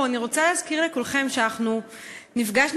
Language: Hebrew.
לכולנו חשובה השבת.